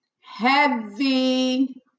heavy